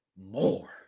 more